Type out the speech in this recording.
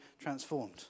transformed